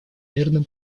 мирным